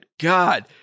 God